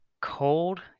cold